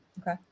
Okay